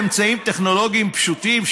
באמצעים טכנולוגיים פשוטים,